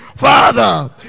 Father